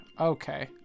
Okay